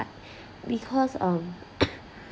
because um